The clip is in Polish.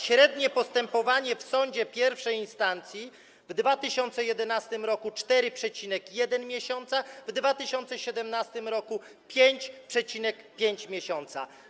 Średnio postępowanie w sądzie I instancji w 2011 r. trwało 4,1 miesiąca, w 2017 r. - 5,5 miesiąca.